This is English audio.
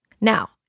Now